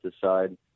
decide